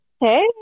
Hey